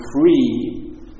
free